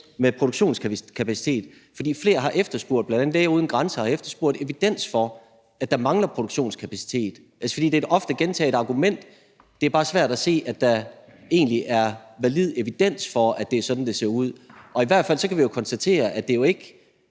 med produktionskapacitet, for flere, bl.a. Læger uden Grænser, har efterspurgt evidens for, at der mangler produktionskapacitet. Det er et ofte gentaget argument, men det er bare svært at se, at der egentlig er valid evidens for, at det er sådan, det er. I hvert fald kan vi jo konstatere, at det ikke